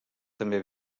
també